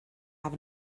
have